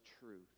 truth